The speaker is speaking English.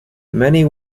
many